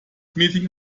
meeting